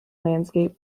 landscape